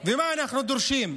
מה אנחנו דורשים?